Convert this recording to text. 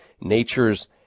Nature's